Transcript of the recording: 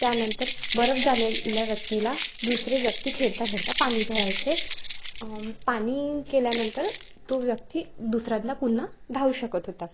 त्यानंतर बरफ झालेल्या व्यक्तीला दुसरे व्यक्ती खेळता खेळता पाणी करायचे पाणी केल्यानंतर तो व्यक्ती दुसऱ्यांदा पुन्हा धावू शकत होता